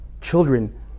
children